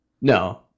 No